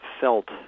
felt